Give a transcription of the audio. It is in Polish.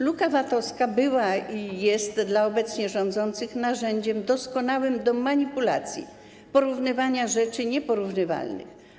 Luka VAT-owska była i jest dla obecnie rządzących narzędziem doskonałym do manipulacji, porównywania rzeczy nieporównywalnych.